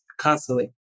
constantly